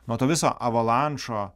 nuo to viso avolančo